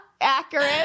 Accurate